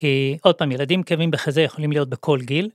עוד פעם ילדים עם כאבים בחזה יכולים להיות בכל גיל.